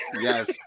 Yes